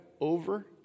over